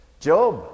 Job